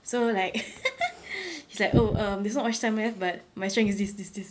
so like he's like oh err there's not much time left but my strengths is this this this